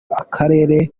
akarere